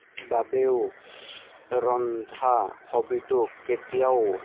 বাবেও ৰন্ধা হবিটো কেতিয়াও